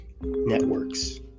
networks